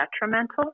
detrimental